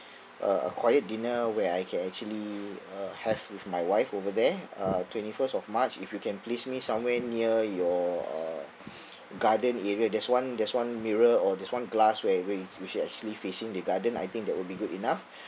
a a quiet dinner where I can actually uh have with my wife over there uh twenty first of march if you can place me somewhere near your uh garden area there's one there's one mirror or there's one glass where where you you actually facing the garden I think that would be good enough